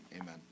amen